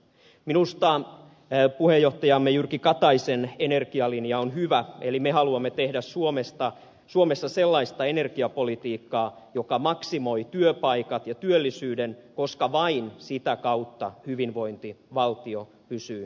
minusta puheenjohtajamme jyrki kataisen energialinja on hyvä eli me haluamme tehdä suomessa sellaista energiapolitiikkaa joka maksimoi työpaikat ja työllisyyden koska vain sitä kautta hyvinvointivaltio pysyy pystyssä